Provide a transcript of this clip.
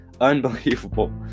Unbelievable